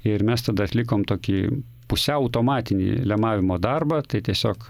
ir mes tada atlikom tokį pusiau automatinį lemavimo darbą tai tiesiog